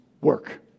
work